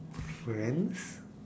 friends